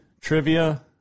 trivia